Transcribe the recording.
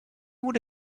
would